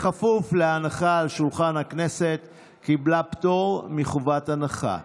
בכפוף להנחה על שולחן הכנסת קיבלה פטור מחובת הנחה.